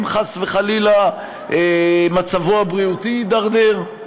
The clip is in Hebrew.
אם חס וחלילה מצבו הבריאותי הידרדר?